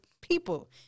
people